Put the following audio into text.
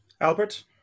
Albert